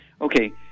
Okay